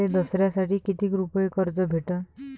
मले दसऱ्यासाठी कितीक रुपये कर्ज भेटन?